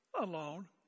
alone